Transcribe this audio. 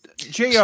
JR